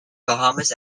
bahamas